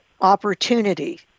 opportunity